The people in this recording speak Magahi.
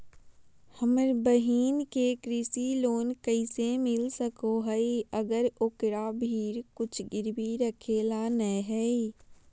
हमर बहिन के कृषि लोन कइसे मिल सको हइ, अगर ओकरा भीर कुछ गिरवी रखे ला नै हइ?